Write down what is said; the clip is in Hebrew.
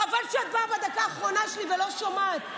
חבל שאת באה בדקה האחרונה שלי ולא שומעת.